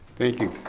thank you.